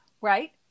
Right